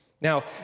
Now